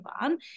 on